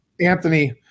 Anthony